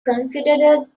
considered